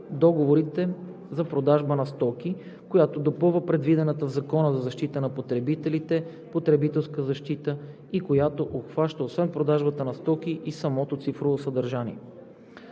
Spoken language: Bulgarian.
договорите за продажби на стоки, която допълва предвидената в Закона за защита на потребителите потребителска защита и която обхваща освен продажбата на стоки и самото цифрово съдържание.